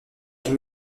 elle